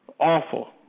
Awful